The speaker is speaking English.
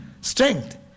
strength